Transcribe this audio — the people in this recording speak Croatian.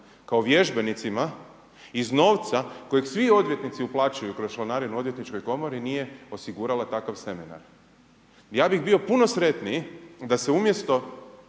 kao vježbenicima iz novca kojeg svi odvjetnici uplaćuju kroz članarinu odvjetničkoj komori nije osigurala takav seminar. Ja bih bio puno sretniji da se umjesto